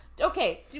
Okay